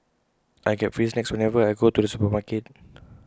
I get free snacks whenever I go to the supermarket